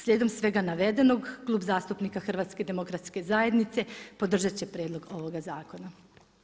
Slijedom svega navedenog, Klub zastupnika HDZ-a podržat će prijedlog ovog zakona.